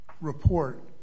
report